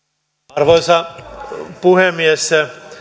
arvoisa puhemies